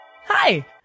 Hi